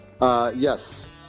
Yes